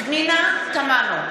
חבר הכנסת בן גביר, נא לשבת.